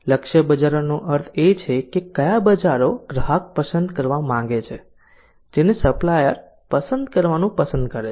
લક્ષ્ય બજારોનો અર્થ એ છે કે કયા બજારો ગ્રાહક પસંદ કરવા માંગે છે જેને સપ્લાયર પસંદ કરવાનું પસંદ કરે છે